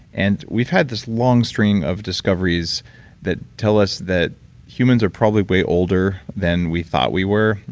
and we've had this long string of discoveries that tell us that humans are probably way older than we thought we were,